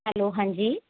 hello ਹਾਂਜੀ